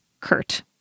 Kurt